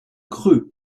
creux